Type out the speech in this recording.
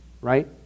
right